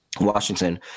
Washington